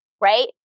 right